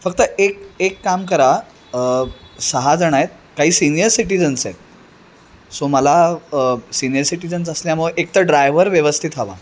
फक्त एक एक काम करा सहाजण आहेत काही सिनियर सिटीजन्स आहेत सो मला सिनियर सिटीजन्स असल्यामुळं एकतर ड्रायव्हर व्यवस्थित हवा